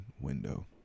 window